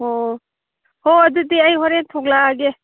ꯑꯣ ꯍꯣ ꯑꯗꯨꯗꯤ ꯑꯩ ꯍꯣꯔꯦꯟ ꯊꯣꯛꯂꯛꯑꯒꯦ